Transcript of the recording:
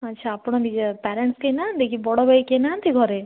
ଆଚ୍ଛା ଆପଣ ନିଜେ ପ୍ୟାରେଣ୍ଟସ୍ କେହି ନାହାଁନ୍ତି କି ବଡ଼ ଭାଇ କେହି ନାହାଁନ୍ତି ଘରେ